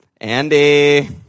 Andy